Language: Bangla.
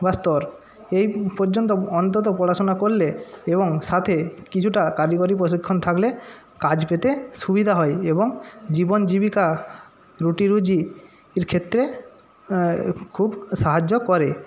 বা স্তর এই পর্যন্ত অন্তত পড়াশুনা করলে এবং সাথে কিছুটা কারিগরি প্রশিক্ষণ থাকলে কাজ পেতে সুবিধা হয় এবং জীবন জীবিকা রুটিরুজি ইর ক্ষেত্রে খুব সাহায্য করে